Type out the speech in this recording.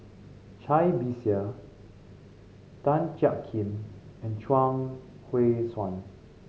Cai Bixia Tan Jiak Kim and Chuang Hui Tsuan